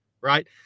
right